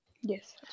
Yes